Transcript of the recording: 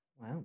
Wow